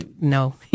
No